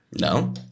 No